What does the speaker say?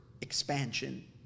expansion